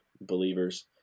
believers